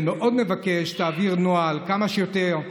אני מאוד מבקש: תעביר נוהל כמה שיותר,